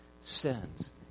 sins